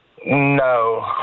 No